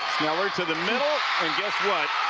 sneller to the middle guess what.